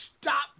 stop